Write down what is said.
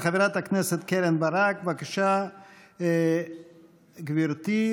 חברת הכנסת קרן ברק, בבקשה, גברתי.